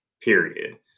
period